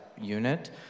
unit